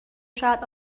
شاید